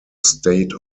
state